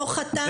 לא חתמת?